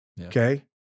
Okay